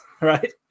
right